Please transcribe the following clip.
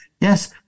yes